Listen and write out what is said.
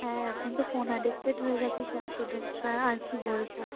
হ্যাঁ এখন তো ফোন অ্যাডিক্টেড হয়ে গিয়েছে সব স্টুডেন্টরা আর কী বলব